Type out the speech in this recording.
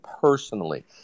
personally